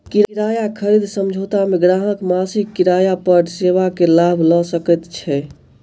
किराया खरीद समझौता मे ग्राहक मासिक किराया पर सेवा के लाभ लय सकैत छै